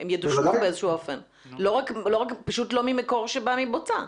הם ידושנו באיזשהו אופן אלא שלא ממקור שבא מבוצה.